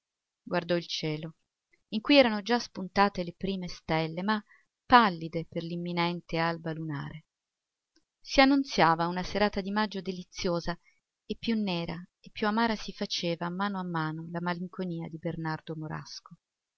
guardò il cielo in cui erano già spuntate le prime stelle ma pallide per l'imminente alba lunare si annunziava una serata di maggio deliziosa e più nera e più amara si faceva a mano a mano la malinconia di bernardo morasco